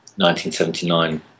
1979